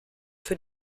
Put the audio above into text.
für